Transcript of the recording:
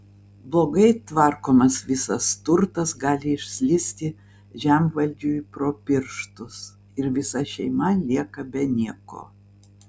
blogai tvarkomas visas turtas gali išslysti žemvaldžiui pro pirštus ir visa šeima lieka be nieko